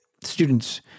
students